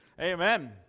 amen